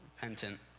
repentant